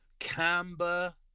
camber